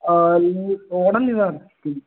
உடஞ்சி தான் இருக்குது